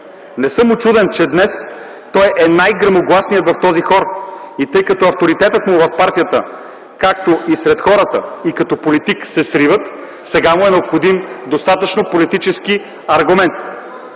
Не съм учуден, че днес той е най-гръмогласният в този хор и тъй като авторитетът му в партията, както и сред хората, и като политик се сриват, сега му е необходим достатъчно политически аргумент.